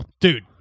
dude